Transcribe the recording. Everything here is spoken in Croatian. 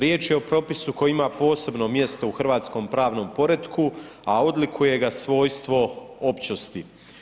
Riječ je o propisu koji ima posebno mjesto u hrvatskom pravnom poretku a odlikuje ga svojstvo općosti.